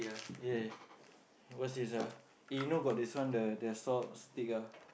!yay! what's this ah eh you know got this one the salt stick ah